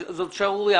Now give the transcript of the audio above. זאת שערורייה.